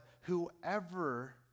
whoever